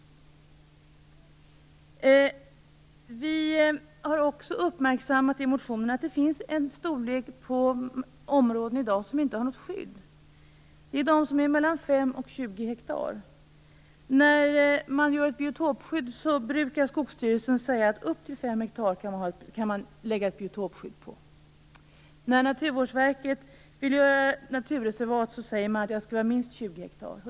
I motionen har vi också uppmärksammat att det finns områden av en viss storlek som inte har något skydd. Det gäller dem som är 5-20 hektar. Skogsstyrelsen brukar säga att man kan lägga ett biotopskydd på områden upp till 5 hektar. När Naturvårdsverket vill göra naturreservat säger de att det skall vara minst 20 hektar.